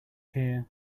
here